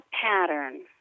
pattern